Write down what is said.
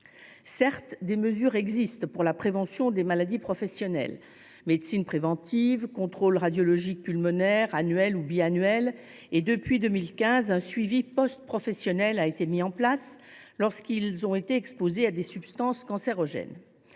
Certes, des mesures existent pour la prévention des maladies professionnelles : médecine préventive, contrôle radiologique pulmonaire annuel ou bisannuel, etc. Depuis 2015, un suivi post professionnel a de plus été mis en place pour les pompiers qui ont été exposés à des substances cancérogènes.